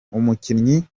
umukinnyi